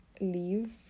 leave